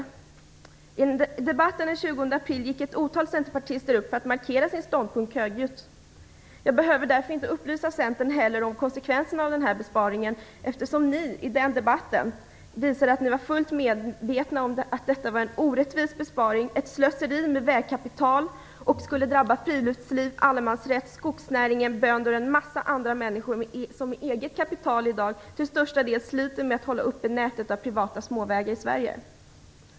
I debatten den 20 april gick ett otal centerpartister upp för att högljutt markera sin ståndpunkt. Jag behöver därför inte upplysa Centern om konsekvenserna av den här besparingen, eftersom ni i den debatten visade att ni var fullt medvetna om att detta var en orättvis besparing, ett slöseri med vägkapital och att det skulle drabba friluftsliv, allemansrätt, skogsnäringen, bönder och en massa andra människor, som i dag med till största delen eget kapital sliter med att upprätthålla nätet av privata småvägar i Sverige.